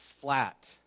flat